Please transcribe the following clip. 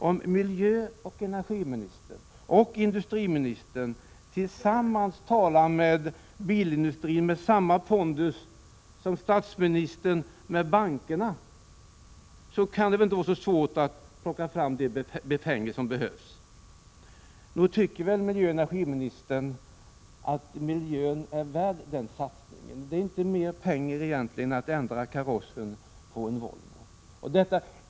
Om miljöoch energiministern och industriministern tillsammans talar bilindustrin med samma pondus som statsministern hade när han talade till bankerna, kan det väl inte vara så svårt att plocka fram de pengar som behövs. Nog tycker väl miljöoch energiministern att miljön är värd den satsningen? Det är inte mer än vad det kostar att ändra karossen på en Volvo.